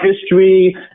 history